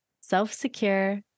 self-secure